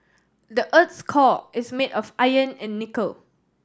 the earth's core is made of iron and nickel